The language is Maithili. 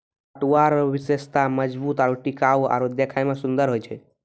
पटुआ रो विशेषता मजबूत आरू टिकाउ आरु देखै मे सुन्दर होय छै